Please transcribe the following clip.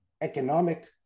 economic